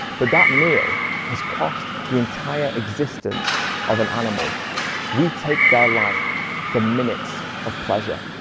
but that meal has cost the entire existence of an animal we take their life for minutes of pleasure.